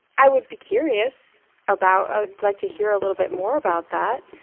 i would be curious about ah like, to hear a little bit more about that.